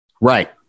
Right